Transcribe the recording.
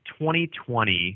2020